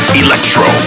electro